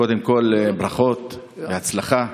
קודם כול ברכות והצלחה.